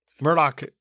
Murdoch